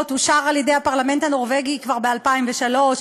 אושר על-ידי הפרלמנט הנורבגי כבר ב-2003,